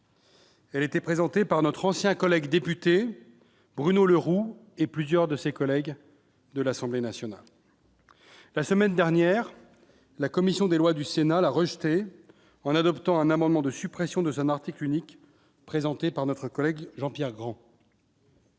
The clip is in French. Elle était présentée par notre ancien collègue député Bruno Le Roux et plusieurs de ses collègues de l'Assemblée nationale la semaine dernière la commission des lois du Sénat l'a rejetée en adoptant un amendement de suppression de son article unique présenté par notre collègue Jean-Pierre Grand.